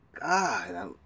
God